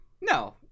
no